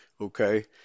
okay